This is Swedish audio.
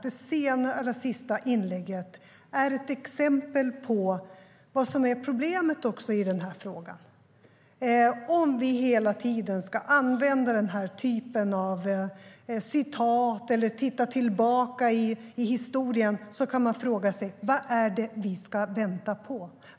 Det senaste inlägget är ett exempel på vad som är problemet i frågan. Om vi hela tiden ska använda den här typen av citat eller titta tillbaka i historien kan man fråga sig: Vad är det vi ska vänta på?